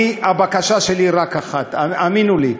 הבקשה שלי היא רק אחת, האמינו לי: